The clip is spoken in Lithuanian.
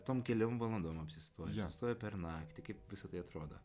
tom keliom valandom apsistoja apsistoja per naktį kaip visa tai atrodo